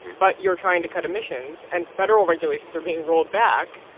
but you're trying to cut emissions, and federal regulations are being rolled back.